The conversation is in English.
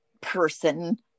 person